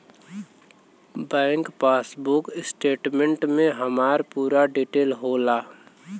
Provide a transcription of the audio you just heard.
bank passbook statement में हमार पूरा डिटेल होला